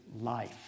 life